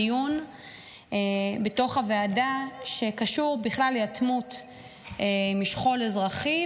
דיון בתוך הוועדה שקשור בכלל ליתמות משכול אזרחי,